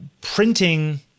printing